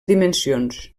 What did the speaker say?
dimensions